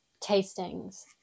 tastings